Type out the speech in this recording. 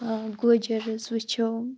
گُجَرٕز وُچھو